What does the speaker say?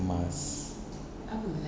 mask